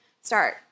start